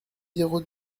zéro